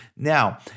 Now